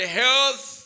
health